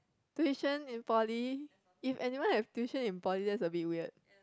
tuition in Poly if anyone have tuition in Poly that's a bit weird